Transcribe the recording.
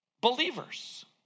believers